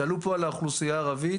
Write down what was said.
שאלו פה על האוכלוסייה הערבית.